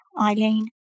Eileen